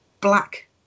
black